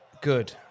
Good